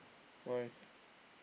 why